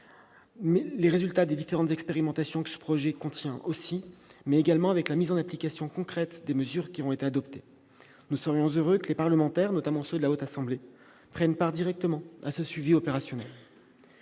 les résultats des différentes expérimentations que ce projet contient et en suivant la mise en application concrète des mesures qui auront été adoptées. Nous serions heureux que les parlementaires, notamment ceux de la Haute Assemblée, prennent part directement à ce suivi opérationnel.